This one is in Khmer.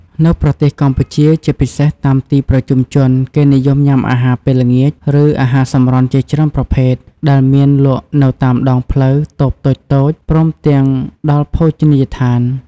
នៅប្រទេសកម្ពុជាជាពិសេសតាមទីប្រជុំជន គេនិយមញំុាអាហារពេលល្ងាច ឬអាហារសម្រន់ជាច្រើនប្រភេទ ដែលមានលក់នៅតាមដងផ្លូវ តូបតូចៗ ព្រមទាំងដល់ភោជនីយដ្ឋាន ។